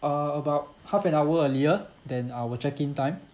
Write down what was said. uh about half an hour earlier than our check in time